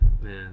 Man